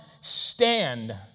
stand